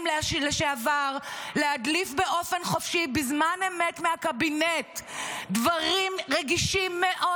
לשעבר להדליף באופן חופשי בזמן אמת מהקבינט דברים רגישים מאוד,